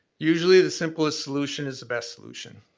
usually the simplest solution is the best solution.